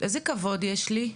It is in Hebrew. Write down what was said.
איזה כבוד יש לי.